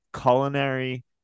culinary